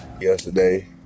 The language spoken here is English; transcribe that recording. Yesterday